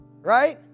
Right